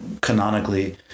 canonically